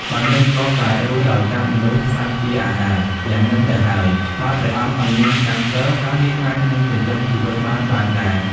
បើនាងធ្លាប់តែរស់ដោយចាប់មនុស្សសត្វជាអាហារ យ៉ាង ហ្នឹងទៅហើយ បើព្រះអង្គឲ្យនាងកាន់សីល តើនាងអាចនឹងចិញ្ចឹមជីវិតបានបែបណា ?។